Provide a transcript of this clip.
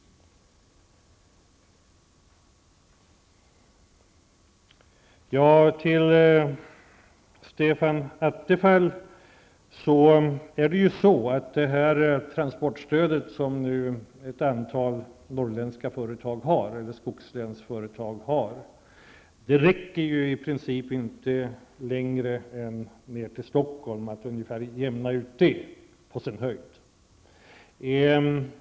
Till Stefan Attefall vill jag säga att det transportstöd som utbetalas till en del skogslänsföretag täcker på sin höjd en utjämning av kostnaderna för transporter ner till Stockholm.